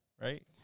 right